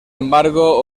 embargo